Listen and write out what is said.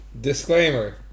Disclaimer